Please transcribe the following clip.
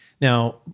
Now